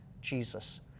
Jesus